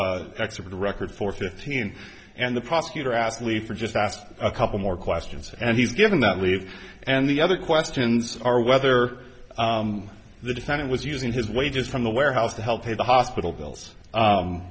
n excellent record for fifteen and the prosecutor asked lee for just asked a couple more questions and he's given that leave and the other questions are whether the defendant was using his wages from the warehouse to help pay the hospital bills